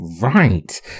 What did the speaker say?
Right